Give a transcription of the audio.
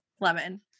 lemon